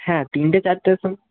হ্যাঁ তিনটে চারটের সময়